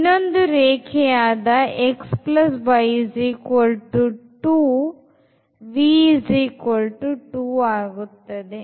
ಇನ್ನೊಂದು ರೇಖೆ ಯಾದ v 2 ಆಗುತ್ತದೆ